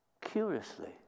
curiously